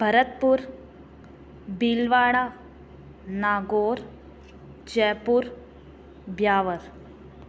Bharatpur Bhilwara Nagaur Jaipur Beawar